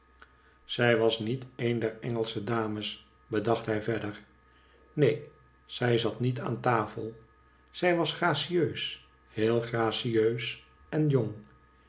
zij was niet een der engelsche dames bedacht hij verder neen zij zat niet aan tafel zij was gracieus heel gracieus en jong